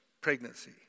pregnancy